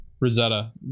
Rosetta